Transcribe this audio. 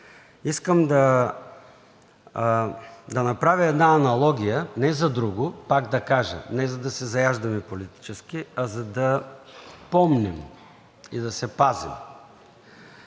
Искам да направя една аналогия, не за друго – пак да кажа, не за да се заяждаме политически, а за да помним и да се пазим.